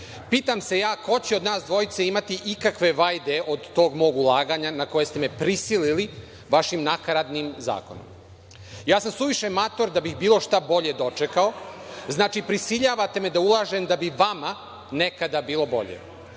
Pitam se ja ko će od nas dvojice imati ikakve vajde od tog mog ulaganja na koje ste me prisilili vašim nakaradnim zakonom. Ja sam suviše mator da bih bilo šta bolje dočekao. Znači, prisiljavate me da ulažem da bi vama nekada bilo bolje.